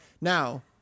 Now